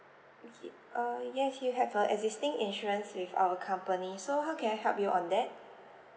uh yes you have a existing insurance with our company so how can I help you on that